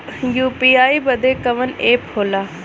UPI बदे कवन app होला?